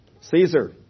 Caesar